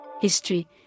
history